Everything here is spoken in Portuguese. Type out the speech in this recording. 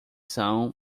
são